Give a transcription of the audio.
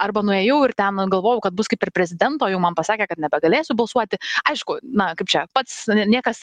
arba nuėjau ir ten galvoju kad bus kaip per prezidento jau man pasakė kad nebegalėsiu balsuoti aišku na kaip čia pats niekas